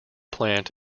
plant